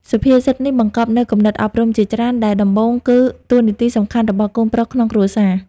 សុភាសិតនេះបង្កប់នូវគំនិតអប់រំជាច្រើន ដែលដំបូងគឺតួនាទីសំខាន់របស់កូនប្រុសក្នុងគ្រួសារ។